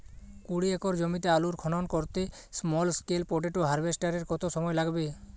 কুড়ি একর জমিতে আলুর খনন করতে স্মল স্কেল পটেটো হারভেস্টারের কত সময় লাগবে?